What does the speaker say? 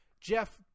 Jeff